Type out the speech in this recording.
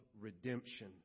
redemption